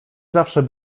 zawsze